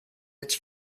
its